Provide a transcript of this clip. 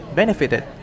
benefited